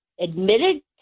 admitted